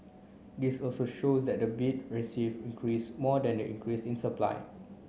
this also shows that the bid received increase more than the increase in supplying